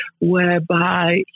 whereby